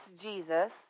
Jesus